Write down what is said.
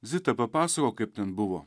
zita papasakok kaip ten buvo